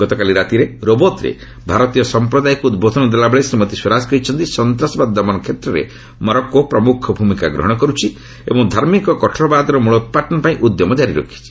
ଗତକାଲି ରାତିରେ ରୋବତ୍ରେ ଭାରତୀୟ ସଂପ୍ରଦାୟକୁ ଉଦ୍ବୋଧନ ଦେଲାବେଳେ ଶ୍ରୀମତୀ ସ୍ୱରାଜ କହିଛନ୍ତି ସନ୍ତାସବାଦ ଦମନ କ୍ଷେତ୍ରରେ ମରୋକ୍କୋ ପ୍ରମୁଖ ଭୂମିକା ଗ୍ରହଣ କରୁଛି ଏବଂ ଧାର୍ମିକ କଠୋରବାଦର ମୂଳୋତ୍ପାଟନ ପାଇଁ ଉଦ୍ୟମ ଜାରୀ ରଖିଛି